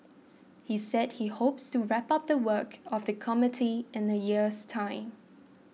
he said he hopes to wrap up the work of the committee in a year's time